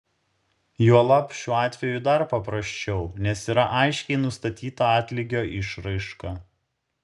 juolab šiuo atveju dar paprasčiau nes yra aiškiai nustatyta atlygio išraiška